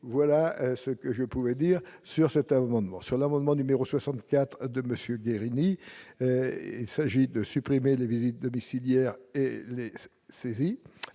voilà ce que je pouvais dire sur certains mouvements noirs sur l'amendement numéro 64 de Monsieur Guérini et s'agit de supprimer les visites domiciliaires et les saisies